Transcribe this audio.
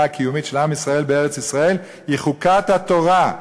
הקיומית של עם ישראל בארץ-ישראל הוא חוקת התורה,